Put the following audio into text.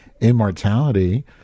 immortality